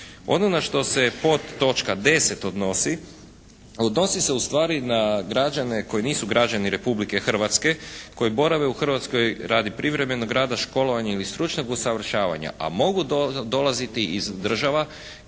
Ono na što se podtočka 10. odnosi, odnosi se ustvari na građane koji nisu građani Republike Hrvatske, koji borave u Hrvatskoj radi privremenog rada školovanja ili stručnog usavršavanja, a mogu dolaziti iz država